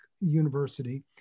University